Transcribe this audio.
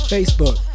Facebook